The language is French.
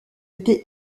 été